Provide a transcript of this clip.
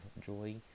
joy